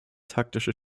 taktische